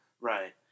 Right